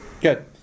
Good